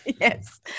Yes